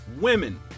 women